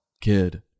kid